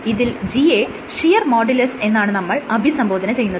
ഇതിൽ G യെ shear modulus എന്നാണ് നമ്മൾ അഭിസംബോധന ചെയ്യുന്നത്